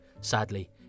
sadly